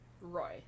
Roy